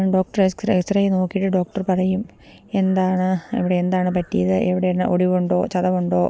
doctor X ray നോക്കിയിട്ട് doctor പറയും എന്താണ് എവിടെ എന്താണ് പറ്റിയത് എവിടെയെല്ലാം ഒടിവുണ്ടോ ചതവുണ്ടോ